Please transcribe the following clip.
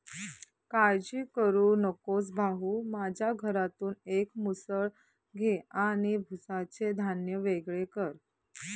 काळजी करू नकोस भाऊ, माझ्या घरातून एक मुसळ घे आणि भुसाचे धान्य वेगळे कर